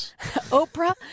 Oprah